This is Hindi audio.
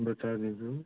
बता देंगे वह